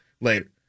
Later